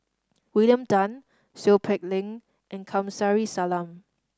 William Tan Seow Peck Leng and Kamsari Salam